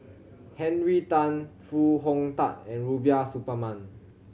Henry Tan Foo Hong Tatt and Rubiah Suparman